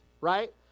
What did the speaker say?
right